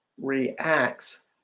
reacts